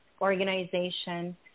organization